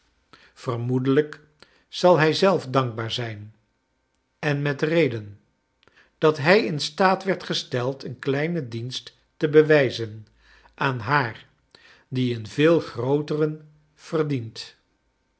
moedeiijk zal hij zelf dankbaar zijn en met reden dat hij in staat werd gesteld een kleinen dienst te bewijzen aan haar die een veel grooteren verdient